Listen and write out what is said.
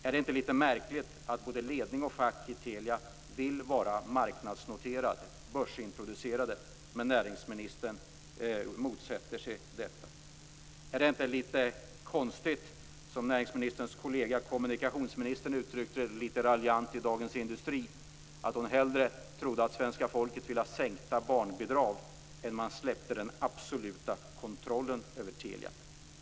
Är det inte litet märkligt att både ledning och fack i Telia vill vara marknadsnoterade och börsintroducerade, men näringsministern motsätter sig detta? Är inte näringsministerns kollega kommunikationsministerns något raljanta yttrande i Dagens Industri litet konstigt, nämligen att hon trodde att svenska folket hellre ville ha sänkta barnbidrag än att man släppte den absoluta kontrollen över Telia?